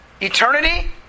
Eternity